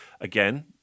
again